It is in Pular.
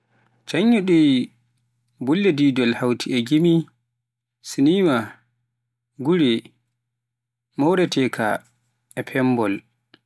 Conyiɗi bulli diidol hawti e gimi, siniimaa, gure, mooreteeka e pemmbol